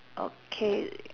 okay